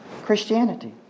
Christianity